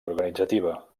organitzativa